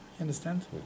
understand